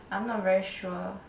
I'm not very sure